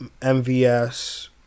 MVS